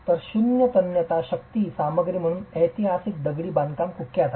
तर शून्य तन्यता शक्ती सामग्री म्हणून ऐतिहासिक दगडी बांधकामकुख्यात आहे